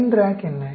signed rank என்ன